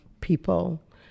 people